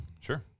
sure